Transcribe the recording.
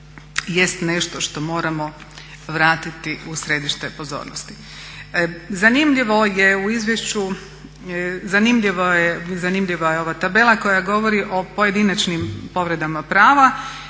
nešto što moramo vratiti u središte pozornosti. Zanimljivo je u izvješću, zanimljiva je ova tabela koja govori o pojedinačnim povredama prava